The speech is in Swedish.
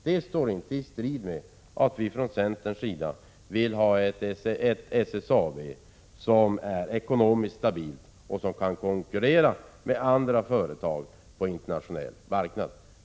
Det strider inte mot att vi från centerns sida vill ha ett SSAB, som är ekonomiskt stabilt och som kan konkurrera med andra företag på den internationella marknaden.